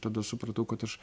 tada supratau kad aš